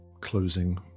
closing